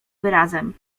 wyrazem